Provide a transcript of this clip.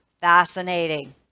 fascinating